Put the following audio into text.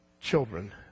children